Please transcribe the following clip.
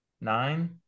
nine